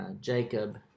Jacob